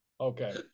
Okay